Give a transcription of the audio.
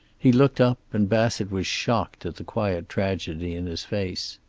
he looked up, and bassett was shocked at the quiet tragedy in his face.